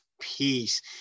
peace